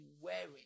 wearing